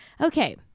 Okay